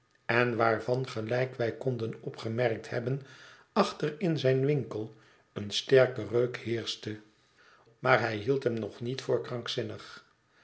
en waarvan gelijk wij konden opgemerkt hebben achter in zijn winkel een sterke reuk heerschte maar hij hield hem nog niet voor krankzinnig